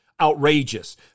outrageous